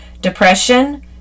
depression